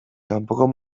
kanpoko